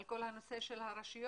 על כול הנושא של הרשויות,